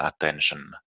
attention